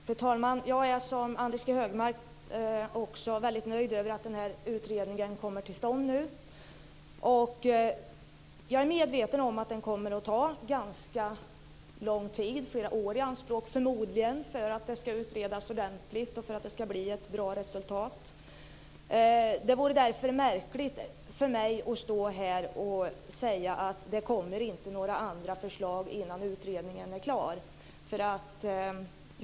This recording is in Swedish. Fru talman! Jag är liksom Anders G Högmark väldigt nöjd med att den här utredningen kommer till stånd. Jag är medveten om att det kommer att ta ganska lång tid - förmodligen flera år - för att det hela ska bli ordentligt utrett och för att det ska bli ett bra resultat. Det vore därför märkligt att stå här och säga att det inte kommer några andra förslag innan utredningen är klar.